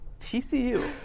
TCU